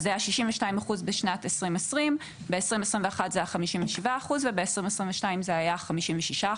אז זה היה 62% בשנת 2020. ב-2021 זה היה 57% וב-2022 זה היה 56%,